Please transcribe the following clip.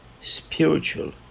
spiritual